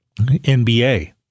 NBA